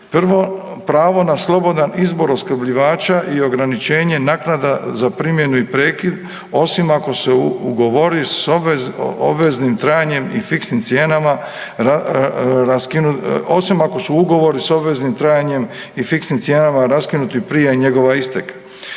prvo pravo na slobodan izbor opskrbljivača i ograničenje naknada za primjenu i prekid osim ako su ugovori s obveznim trajanjem i fiksnim cijenama raskinuti prije njegova isteka,